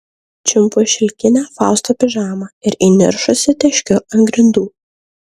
čiumpu šilkinę fausto pižamą ir įniršusi teškiu ant grindų